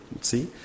see